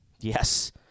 yes